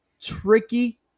tricky